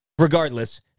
Regardless